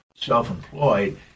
self-employed